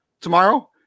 Tomorrow